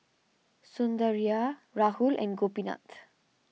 Sundaraiah Rahul and Gopinath